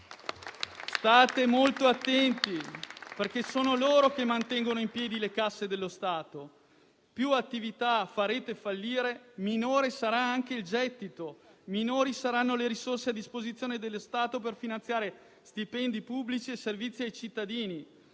State molto attenti, perché sono loro che mantengono in piedi le casse dello Stato. Più attività farete fallire, minore sarà anche il gettito, minori saranno le risorse a disposizione dello Stato per finanziare stipendi pubblici e servizi ai cittadini,